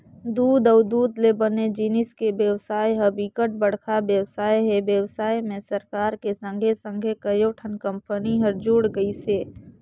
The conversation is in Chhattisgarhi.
दूद अउ दूद ले बने जिनिस के बेवसाय ह बिकट बड़का बेवसाय हे, बेवसाय में सरकार के संघे संघे कयोठन कंपनी हर जुड़ गइसे